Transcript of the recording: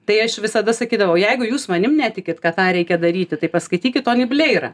tai aš visada sakydavau jeigu jūs manim netikit kad tą reikia daryti tai paskaitykit tonį bleirą